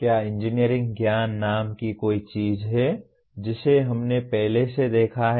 क्या इंजीनियरिंग ज्ञान नाम की कोई चीज है जिसे हमने पहले से देखा है